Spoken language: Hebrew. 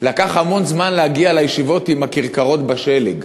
לקח המון זמן להגיע לישיבות עם הכרכרות בשלג.